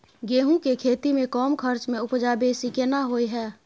गेहूं के खेती में कम खर्च में उपजा बेसी केना होय है?